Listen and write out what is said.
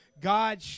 God